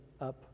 up